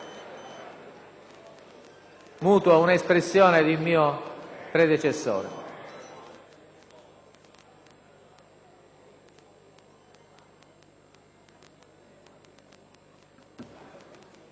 Mutuo un'espressione di un mio predecessore.